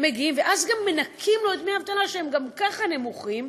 ואז מנכים לו את דמי האבטלה, שהם גם ככה נמוכים,